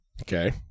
Okay